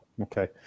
Okay